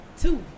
Two